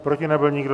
Proti nebyl nikdo.